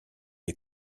des